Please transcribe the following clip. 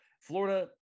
Florida